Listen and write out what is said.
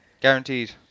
Guaranteed